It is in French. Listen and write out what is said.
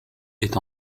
est